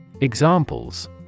Examples